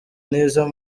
n’izo